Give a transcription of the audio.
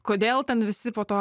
kodėl ten visi po to